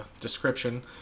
description